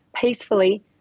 peacefully